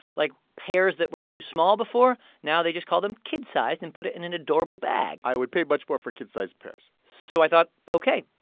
like, pears that were too small before now they just call them kid-sized and put it in an adorable bag i would pay much more for kid-sized pears so i thought ok.